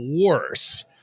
worse